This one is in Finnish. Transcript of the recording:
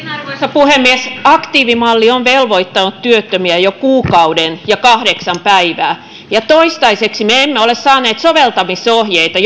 puhemies aktiivimalli on velvoittanut työttömiä jo kuukauden ja kahdeksan päivää ja toistaiseksi me emme ole saaneet soveltamisohjeita